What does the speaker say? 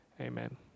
Amen